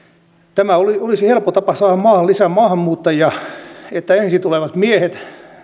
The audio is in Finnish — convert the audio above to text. tämä olisi helppo tapa saada maahan lisää maahanmuuttajia että ensin tulevat miehet